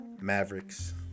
Mavericks